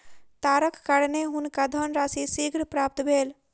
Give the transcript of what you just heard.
तारक कारणेँ हुनका धनराशि शीघ्र प्राप्त भेल